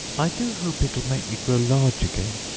i do hope it'll make me grow large again,